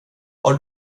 var